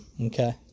Okay